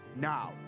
now